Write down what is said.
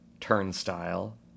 Turnstile